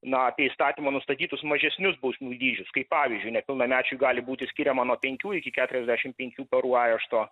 na apie įstatymų nustatytus mažesnius bausmių dydžius kai pavyzdžiui nepilnamečiui gali būti skiriama nuo penkių iki keturiasdešim penkių parų arešto